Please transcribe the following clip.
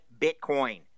Bitcoin